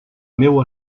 meua